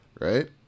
right